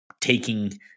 taking